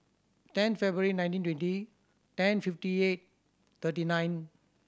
ten February nineteen twenty ten fifty eight thirty nine